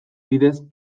bidez